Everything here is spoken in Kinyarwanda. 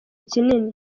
kinini